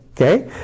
Okay